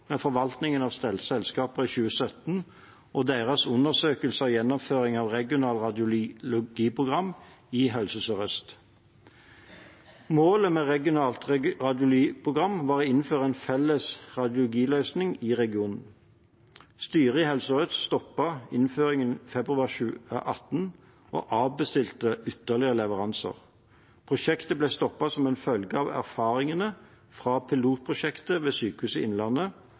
med forvaltningen av statlige selskaper i 2017 og deres undersøkelse av gjennomføringen av regionalt radiologiprogram i Helse Sør-Øst. Målet med regionalt radiologiprogram var å innføre en felles radiologiløsning i regionen. Styret i Helse Sør-Øst stoppet innføringen i februar 2018 og avbestilte ytterligere leveranse. Prosjektet ble stoppet som følge av erfaringene fra pilotprosjektet ved Sykehuset Innlandet